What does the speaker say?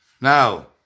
Now